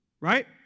right